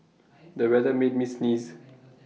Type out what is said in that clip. the weather made me sneeze